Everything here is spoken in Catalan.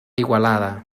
igualada